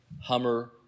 Hummer